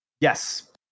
Yes